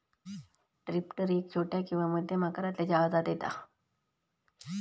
drifter एक छोट्या किंवा मध्यम आकारातल्या जहाजांत येता